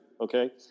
okay